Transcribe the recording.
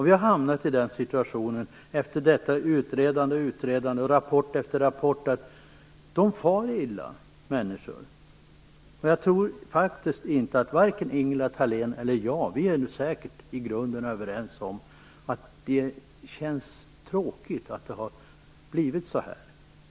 Vi har efter detta utredande och utredande, med rapport efter rapport, hamnat i den situationen att människor far illa. Jag tror att Ingela Thalén och jag i grunden säkert är överens om att det känns tråkigt att det har blivit så här.